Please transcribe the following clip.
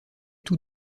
tout